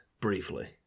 briefly